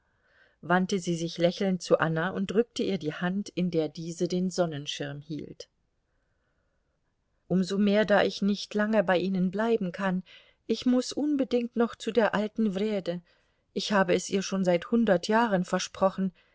wandte sie sich lächelnd zu anna und drückte ihr die hand in der diese den sonnenschirm hielt um so mehr da ich nicht lange bei ihnen bleiben kann ich muß unbedingt noch zu der alten wrede ich habe es ihr schon seit hundert jahren versprochen